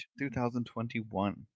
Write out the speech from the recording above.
2021